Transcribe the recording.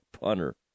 punter